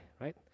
right